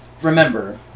remember